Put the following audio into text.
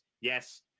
Yes